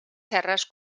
serres